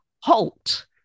HALT